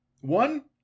One